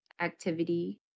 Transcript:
activity